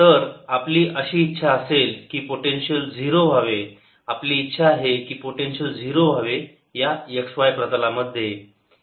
जर आपली अशी इच्छा असेल की पोटेन्शियल 0 व्हावे आपली इच्छा आहे की पोटेन्शियल 0 व्हावे या x y प्रतलामध्ये